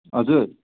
हजुर